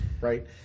right